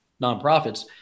nonprofits